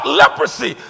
leprosy